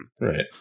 Right